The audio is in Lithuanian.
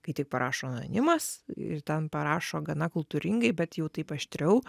kai tik parašo anonimas ir ten parašo gana kultūringai bet jau taip aštriau